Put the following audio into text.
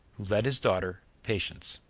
who led his daughter, patience.